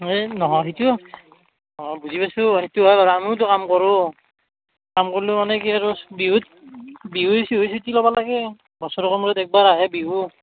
এ নহয় সেটো অঁ বুজি পাইছো সেইটো হয় বাৰু আমিওটো কাম কৰোঁ কাম কৰিলে মানে কি আৰু বিহুত বিহুই চিহুই ছুটী ল'ব লাগেই বছৰকৰ মূৰত একবাৰ আহে বিহু